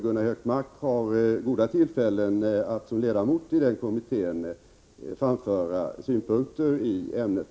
Gunnar Hökmark har goda tillfällen att som ledamot i den kommittén framföra synpunkter i ämnet.